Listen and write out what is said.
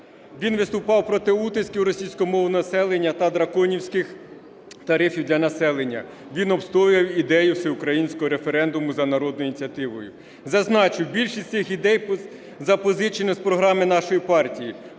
Він виступав проти утисків російськомовного населення та "драконівських" тарифів для населення. Він обстоював ідею всеукраїнського референдуму за народною ініціативою. Зазначу, більшість цих ідей запозичено з програми нашої партії.